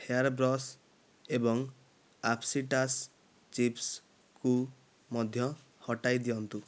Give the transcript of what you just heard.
hair brush ଏବଂ ଆପ୍ସିଟାସ୍ ଚିପ୍ସକୁ ମଧ୍ୟ ହଟାଇ ଦିଅନ୍ତୁ